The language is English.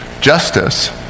justice